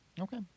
Okay